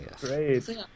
Great